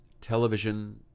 television